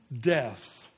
death